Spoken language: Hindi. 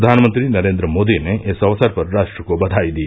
प्रधानमंत्री नरेन्द्र मोदी ने इस अवसर पर राष्ट्र को बधाई दी